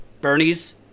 Bernie's